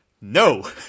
No